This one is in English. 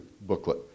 booklet